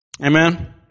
amen